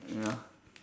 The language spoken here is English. ya